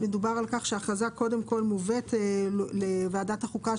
ההכרזה הזאת קודם כל מובאת לוועדת החוקה,